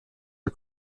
are